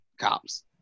cops